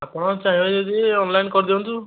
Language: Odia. ଆପଣ ଚାହିଁବେ ଯଦି ଅନଲାଇନ୍ କରିଦିଅନ୍ତୁ